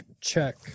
check